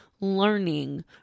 learning